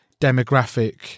demographic